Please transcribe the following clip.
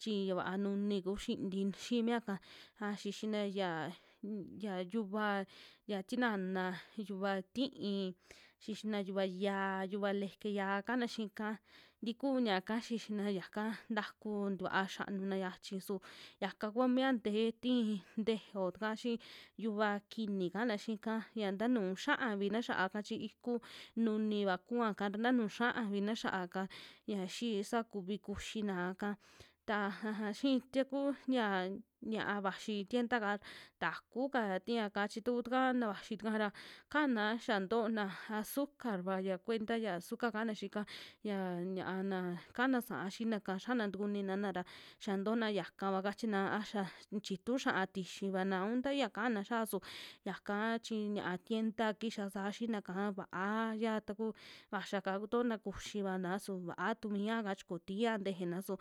Chi ya vaa nuni kuu xinti xii miaka a xixina ya, ya yuva ya tinana xi yuva tí'i, xixina yuva xa'a, yuva leke xa'a kana xi'ika tiku ñaka xixina yaka ntaku tikua xianuna xiaxhi su yaka kumi ya ntee ti'i tejeo taka xii yuva kini ka'ana xiika ya ta nuu xa'ava vina xa'aka chi iku nuniva kuaka ra, tanu xia'a vina xiaka, yia xii sakuvi kuxinaa ka, ta aja xii tie kuu ya ñia vaxi tiendaka takuka tiaka chi tuku taka, vaxi taka ra kana xia ntoona azúcarva ya kuenta ya suka kana xiika, ya ñia'a na kana sa'a xiinaka xiana tukunina na ra, xa ntona yakava kachina a xia chitu xi'a tixivana un taya kana xa'a su yaka, chi ña'a tienda kiya saa xiinaka vaaya taku vaxiaka kutona kuxivana su va'a tumiaka chi ko tia ntejena su